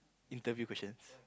interview questions